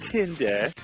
Tinder